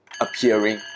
appearing